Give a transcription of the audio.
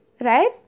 right